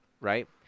Right